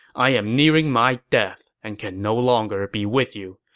i am nearing my death and can no longer be with you,